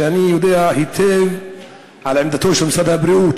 ואני יודע היטב על עמדתו של משרד הבריאות,